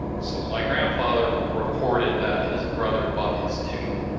so my grandfather reported that his brother bought his ticket.